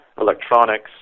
electronics